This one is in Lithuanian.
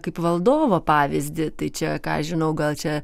kaip valdovo pavyzdį tai čia ką aš žinau gal čia